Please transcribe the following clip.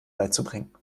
beizubringen